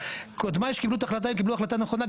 קודמיי כשקיבלו את ההחלטה, הם קיבלו החלטה נכונה.